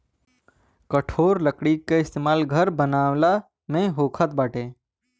कठोर लकड़ी के इस्तेमाल घर बनावला में होखत बाटे